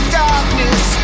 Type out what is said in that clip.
darkness